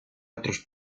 otros